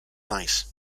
night